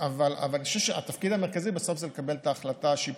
אבל אני חושב שהתפקיד המרכזי בסוף זה לקבל את ההחלטה השיפוטית.